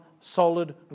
solid